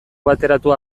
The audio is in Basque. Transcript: bateratua